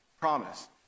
promise